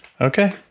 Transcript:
okay